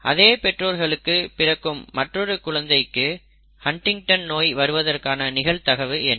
அதே பெற்றோர்களுக்கு பிறக்கும் மற்றொரு குழந்தைக்கு ஹன்டிங்டன் நோய் வருவதற்கான நிகழ்தகவு என்ன